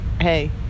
hey